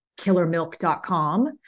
killermilk.com